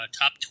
Top